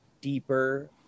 deeper